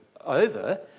over